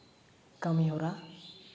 ᱠᱟᱹᱢᱤᱦᱚᱨᱟ